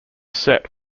set